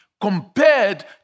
compared